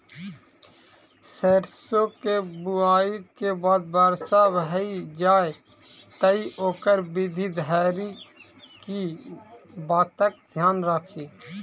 सैरसो केँ बुआई केँ बाद वर्षा भऽ जाय तऽ ओकर वृद्धि धरि की बातक ध्यान राखि?